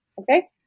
Okay